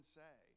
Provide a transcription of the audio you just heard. say